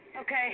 Okay